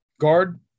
guard